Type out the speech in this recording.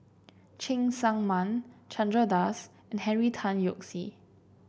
Cheng Tsang Man Chandra Das and Henry Tan Yoke See